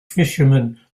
fishermen